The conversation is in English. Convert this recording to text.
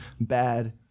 bad